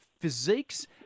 physiques